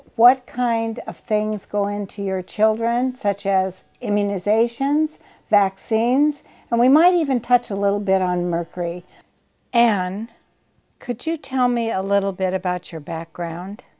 what kind of things go into your children such as immunizations vaccines and we might even touch a little bit on mercury and could you tell me a little bit about your background